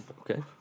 Okay